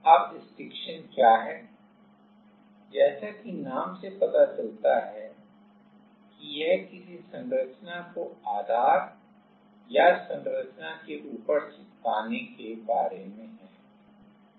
अब स्टिक्शन क्या है जैसा कि नाम से पता चलता है कि यह किसी संरचना को आधार या संरचना के ऊपर चिपकाने के बारे में है